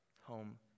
home